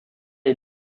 est